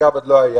שאגב לא היה,